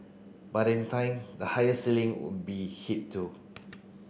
but in time the higher ceiling will be hit too